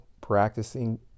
practicing